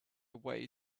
way